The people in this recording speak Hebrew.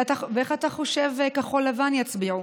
ואיך אתה חושב שכחול לבן יצביעו?